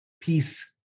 peace